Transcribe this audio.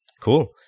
Cool